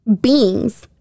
beings